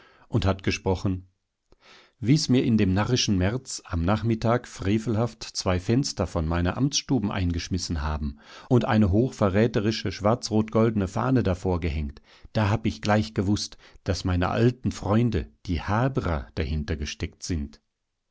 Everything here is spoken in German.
und hat gesprochen wie's mir in dem narrischen märz am nachmittag frevelhaft zwei fenster von meiner amtsstuben eingeschmissen haben und eine hochverräterische schwarz rot goldene fahne davor gehängt da hab ich gleich gewußt daß meine alten freunde die haberer dahinter gesteckt sind